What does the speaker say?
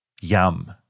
Yum